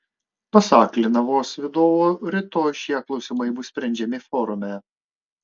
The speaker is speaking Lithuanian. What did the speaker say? pasak linavos vadovo rytoj šie klausimai bus sprendžiami forume